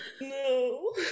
No